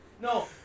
No